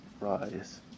rise